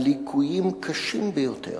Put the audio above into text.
על ליקויים קשים ביותר,